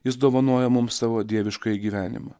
jis dovanoja mums savo dieviškąjį gyvenimą